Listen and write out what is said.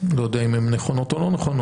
לא יודע אם הן נכונות או לא נכונות,